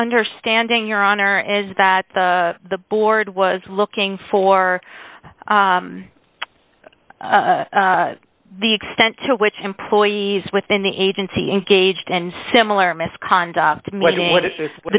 understanding your honor is that the the board was looking for the extent to which employees within the agency engaged and similar misconduct w